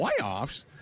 playoffs